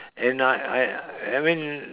and I I I mean